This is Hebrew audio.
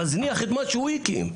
מזניח את מה שהוא הקים.